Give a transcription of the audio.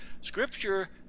scripture